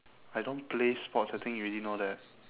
I don't play sports I think you already know that